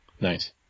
nice